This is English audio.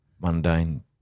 mundane